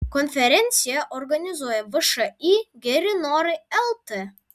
konferenciją organizuoja všį geri norai lt